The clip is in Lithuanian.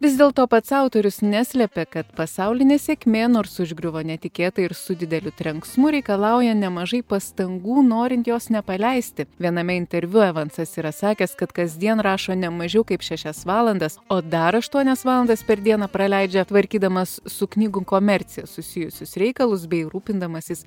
vis dėlto pats autorius neslepia kad pasaulinė sėkmė nors užgriuvo netikėtai ir su dideliu trenksmu reikalauja nemažai pastangų norint jos nepaleisti viename interviu evansas yra sakęs kad kasdien rašo ne mažiau kaip šešias valandas o dar aštuonias valandas per dieną praleidžia tvarkydamas su knygų komercija susijusius reikalus bei rūpindamasis